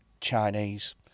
Chinese